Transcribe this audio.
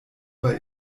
bei